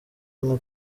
nka